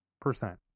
percent